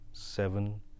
seven